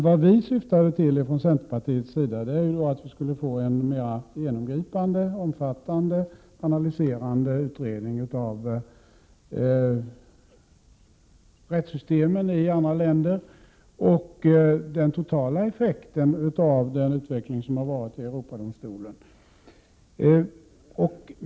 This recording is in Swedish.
Vad vi syftar till från centerpartiets sida är att vi skulle få en mer genomgripande, omfattande, analyserande utredning av rättssystemen i andra länder och den totala effekten av utvecklingen hittills i Europadomstolen.